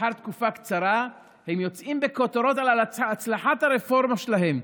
לאחר תקופה קצרה הם יוצאים בכותרות על הצלחת הרפורמה שלהם,